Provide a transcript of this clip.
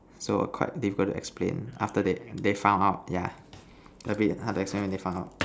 so quite difficult to explain after they they found out yeah a bit hard to explain when they found out